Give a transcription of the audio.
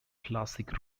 classic